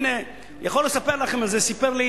סיפר לי